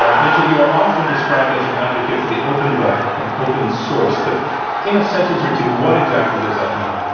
um mitchell, you are often described as an advocate for the open web and open source. but in a sentence or two, what exactly does that mean?